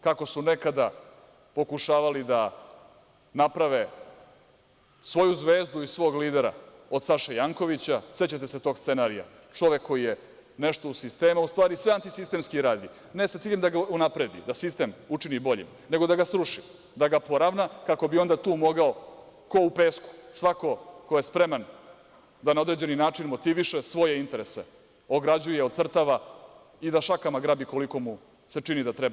Kako su nekada pokušavali da naprave svoju zvezdu i svog lidera od Saše Jankovića, sećate se tog scenarija, čovek koji je nešto u sistemu, a u stvari sve antisistemski radi, ne sa ciljem da ga unapredi, da sistem učini boljim, nego da ga sruši, da ga poravna kako bi onda tu mogao kao u pesku svako ko je spreman da na određeni način motiviše svoje interese, ograđuje i ocrtava i da šakama grabi koliko mu se čini da treba.